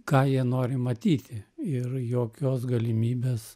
ką jie nori matyti ir jokios galimybės